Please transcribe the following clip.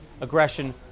aggression